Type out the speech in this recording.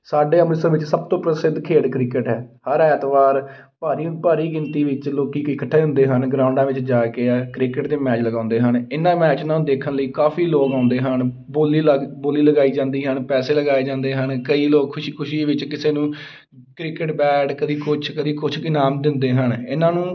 ਸਾਡੇ ਅੰਮ੍ਰਿਤਸਰ ਵਿੱਚ ਸਭ ਤੋਂ ਪ੍ਰਸਿੱਧ ਖੇਡ ਕ੍ਰਿਕਟ ਹੈ ਹਰ ਐਤਵਾਰ ਭਾਰੀ ਭਾਰੀ ਗਿਣਤੀ ਵਿੱਚ ਲੋਕ ਇੱਕਠੇ ਹੁੰਦੇ ਹਨ ਗਰਾਊਂਡਾ ਵਿੱਚ ਜਾ ਕੇ ਆ ਕ੍ਰਿਕਟ ਦੇ ਮੈਚ ਲਗਾਉਂਦੇ ਹਨ ਇਹਨਾਂ ਮੈਚ ਇਹਨਾਂ ਨੂੰ ਦੇਖਣ ਲਈ ਕਾਫੀ ਲੋਕ ਆਉਂਦੇ ਹਨ ਬੋਲੀ ਲੱਗ ਬੋਲੀ ਲਗਾਈ ਜਾਂਦੀ ਹਨ ਪੈਸੇ ਲਗਾਏ ਜਾਂਦੇ ਹਨ ਕਈ ਲੋਕ ਖੁਸ਼ੀ ਖੁਸ਼ੀ ਵਿੱਚ ਕਿਸੇ ਨੂੰ ਕ੍ਰਿਕਟ ਬੈਟ ਕਦੀ ਕੁਛ ਕਦੀ ਕੁਛ ਕੀ ਇਨਾਮ ਦਿੰਦੇ ਹਨ ਇਹਨਾਂ ਨੂੰ